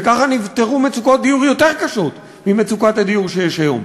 וככה נפתרו מצוקות דיור יותר קשות ממצוקת הדיור שיש היום.